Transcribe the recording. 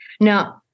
Now